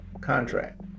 contract